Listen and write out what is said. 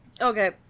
Okay